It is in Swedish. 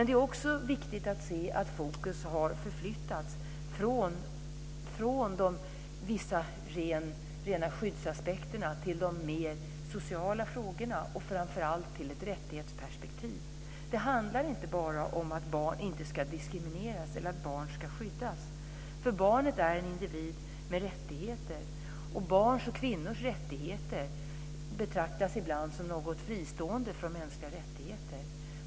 Det är också viktigt att se att fokus har förflyttats från rena skyddsaspekter till de mer sociala frågorna och framför allt till ett rättighetsperspektiv. Det handlar inte bara om att barn inte ska diskrimineras eller att barn ska skyddas. Barnet är en individ med rättigheter. Barns och kvinnors rättigheter betraktas ibland som något fristående från mänskliga rättigheter.